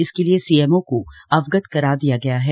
इसके लिए सीएमओ को अवगत करवा दिया गया है